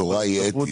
התורה היא אתית.